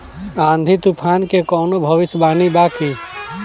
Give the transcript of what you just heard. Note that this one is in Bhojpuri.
आँधी तूफान के कवनों भविष्य वानी बा की?